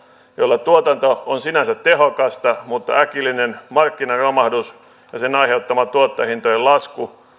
joilla tuotanto on sinänsä tehokasta mutta äkillinen markkinaromahdus ja sen aiheuttama tuottajahintojen lasku